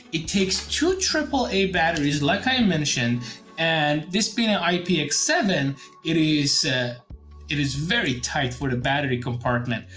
it takes two triple a batteries like i mentioned and this being an i p x seven it is it is very tight for the battery compartment.